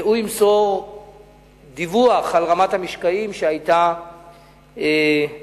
וימסור דיווח על רמת המשקעים שהיתה במהלך